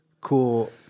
Cool